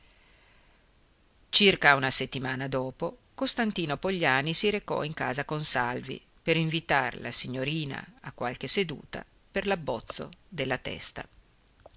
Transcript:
circa una settimana dopo costantino pogliani si recò in casa consalvi per invitar la signorina a qualche seduta per l'abbozzo della testa